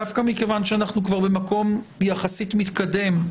דווקא מכיוון שאנחנו כבר במקום יחסית מתקדם,